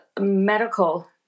medical